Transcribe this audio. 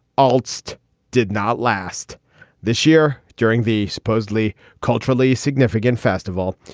almost did not last this year during the supposedly culturally significant festival,